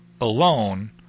alone